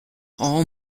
all